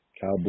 Cowboy